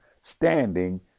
standing